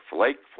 Flake